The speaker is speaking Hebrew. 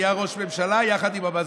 נהיה ראש ממשלה יחד עם המזכירה?